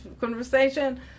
conversation